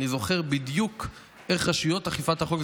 ואני זוכר בדיוק איך רשויות אכיפת החוק,